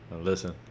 Listen